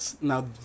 Now